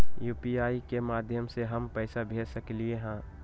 UPI के माध्यम से हम पैसा भेज सकलियै ह?